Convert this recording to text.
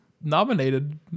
nominated